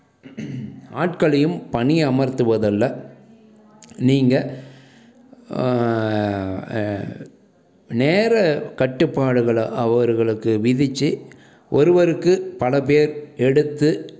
ஆட்களையும் பணி அமர்த்துவதில்லை நீங்கள் நேர கட்டுப்பாடுகளை அவர்களுக்கு விதிச்சு ஒருவருக்கு பல பேர் எடுத்து